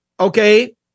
Okay